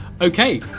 Okay